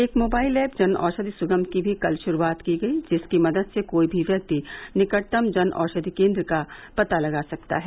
एक mobile app Janaushadhi Sugam की भी कल शुरूआत की गई जिसकी मदद से कोई भी व्यक्ति निकटतम जनऔषधि केंद्र का पता लगा सकता है